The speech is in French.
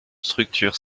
structure